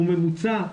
הוא ממוצע,